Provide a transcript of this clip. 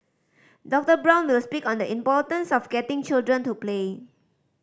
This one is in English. Doctor Brown will speak on the importance of getting children to play